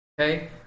Okay